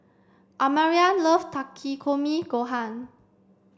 Amarion love Takikomi gohan